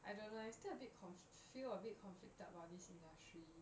I don't know eh I still a bit conf~ feel a bit conflicted about this industry